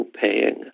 paying